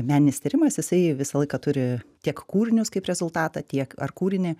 meninis tyrimas jisai visą laiką turi tiek kūrinius kaip rezultatą tiek ar kūrinį